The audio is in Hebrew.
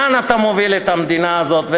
לאן אתה מוביל את המדינה הזאת,